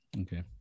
Okay